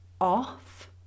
off